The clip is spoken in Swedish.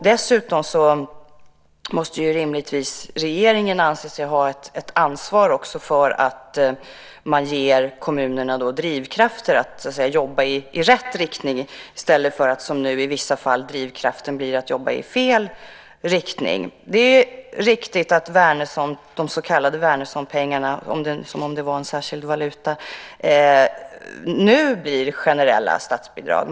Dessutom måste rimligtvis regeringen anse sig ha ett ansvar för att ge kommunerna drivkrafter att jobba i rätt riktning i stället för att drivkraften som nu i vissa fall blir att jobba i fel riktning. Det är riktigt att de så kallade Wärnerssonpengarna - som om det var en särskild valuta - nu blir generella statsbidrag.